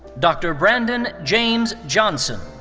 dr. brandon james johnson.